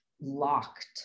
locked